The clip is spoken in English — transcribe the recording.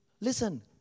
Listen